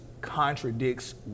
contradicts